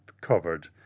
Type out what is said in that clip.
covered